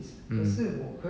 mm